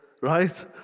right